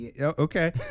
okay